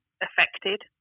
affected